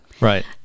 Right